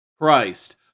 Christ